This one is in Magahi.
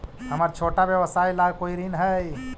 हमर छोटा व्यवसाय ला कोई ऋण हई?